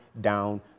down